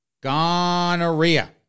gonorrhea